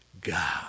God